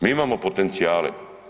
Mi imamo potencijale.